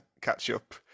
Catch-Up